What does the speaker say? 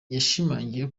yashimangiye